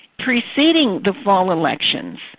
preceding the fall elections,